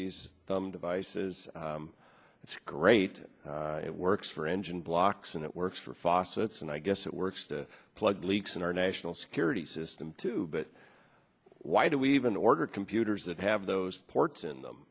these devices it's great it works for engine blocks and it works for fossil it's and i guess it works to plug leaks in our national security system too but why do we even order computers that have those ports in them